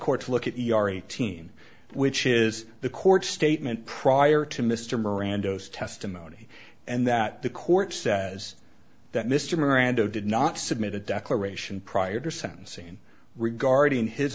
court to look at the eighteen which is the court statement prior to mr moran dose testimony and that the court says that mr miranda did not submit a declaration prior to sentencing regarding his